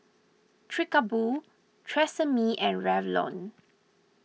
Chic A Boo Tresemme and Revlon